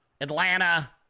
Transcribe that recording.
Atlanta